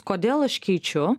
kodėl aš keičiu